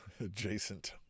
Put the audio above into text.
adjacent